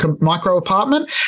micro-apartment